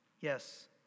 Yes